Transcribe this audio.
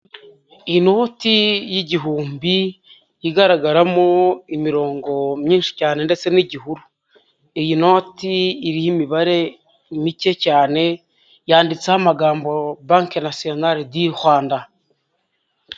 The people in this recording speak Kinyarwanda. Inoti y'igihumbi ,igaragaramo, imirongo, myinshi cyane ndetse n'igihuru, iyi noti iriho imibare, mike cyane ,yanditseho amagambo banke nasiyonari di Rwanda.